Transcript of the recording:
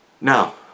Now